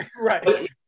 Right